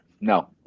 No